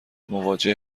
مواجه